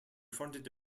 fronted